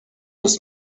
ist